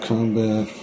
Combat